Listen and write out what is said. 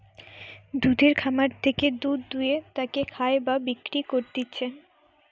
দুধের খামার থেকে দুধ দুয়ে তাকে খায় বা বিক্রি করতিছে